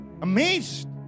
amazed